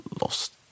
lost